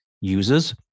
users